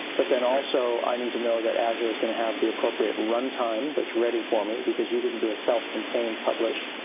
but then also, i need to know that azure is going to have the appropriate runtime that's ready for me because you didn't do a self-contained publish.